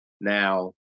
Now